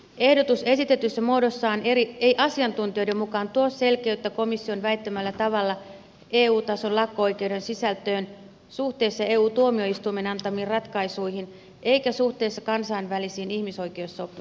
ehdotus esitetyssä muodossaan ei asiantuntijoiden mukaan tuo selkeyttä komission väittämällä tavalla eu tason lakko oikeuden sisältöön suhteessa eu tuomioistuimen antamiin ratkaisuihin eikä suhteessa kansainvälisiin ihmissoikeussopimuksiin